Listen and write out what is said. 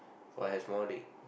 oh I have small leg